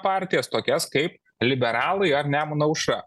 partijas tokias kaip liberalai ar nemuno aušra